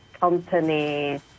companies